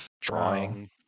drawing